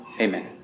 Amen